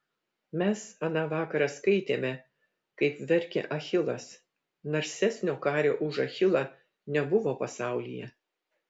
mes aną vakarą skaitėme kaip verkė achilas narsesnio kario už achilą nebuvo pasaulyje